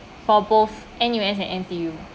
for both N_U_S and N_T_U